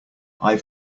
i’ve